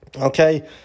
Okay